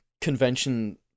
convention